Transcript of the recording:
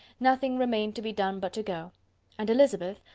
nothing remained to be done but to go and elizabeth,